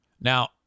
Now